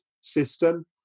system